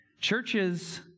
Churches